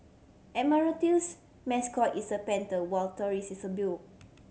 admiralty's mascot is a panther while Taurus is a bill